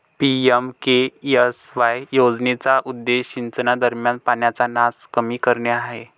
PMKSY योजनेचा उद्देश सिंचनादरम्यान पाण्याचा नास कमी करणे हा आहे